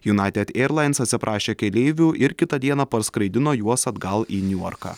united airlines atsiprašė keleivių ir kitą dieną parskraidino juos atgal į niujorką